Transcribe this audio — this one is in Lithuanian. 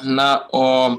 na o